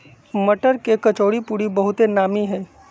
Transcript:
मट्टर के कचौरीपूरी बहुते नामि हइ